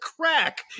crack